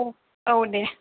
औ दे